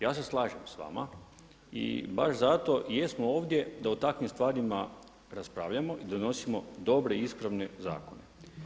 Ja se slažem s vama i baš zato i jesmo ovdje da o takvim stvarima raspravljamo i donosimo dobre, ispravne zakone.